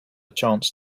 chance